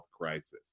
crisis